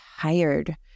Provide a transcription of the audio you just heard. tired